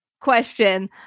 Question